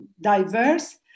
diverse